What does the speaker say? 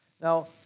Now